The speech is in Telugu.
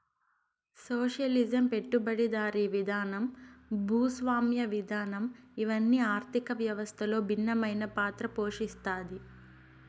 సోషలిజం పెట్టుబడిదారీ విధానం భూస్వామ్య విధానం ఇవన్ని ఆర్థిక వ్యవస్థలో భిన్నమైన పాత్ర పోషిత్తాయి